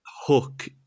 Hook